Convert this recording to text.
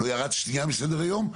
לא ירד שנייה מסדר היום.